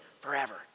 forever